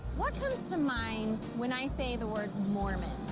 what comes to mind when i say the word mormon?